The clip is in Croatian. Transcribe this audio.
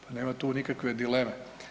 Pa nema tu nikakve dileme.